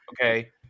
Okay